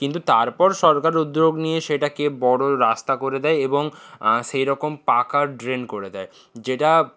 কিন্তু তারপর সরকার উদ্যোগ নিয়ে সেটাকে বড় রাস্তা করে দেয় এবং সেই রকম পাকা ড্রেন করে দেয় যেটা